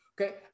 okay